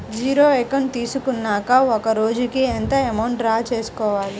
Zero account తీసుకున్నాక ఒక రోజుకి ఎంత అమౌంట్ డ్రా చేసుకోవాలి?